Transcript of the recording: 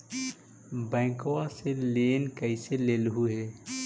बैंकवा से लेन कैसे लेलहू हे?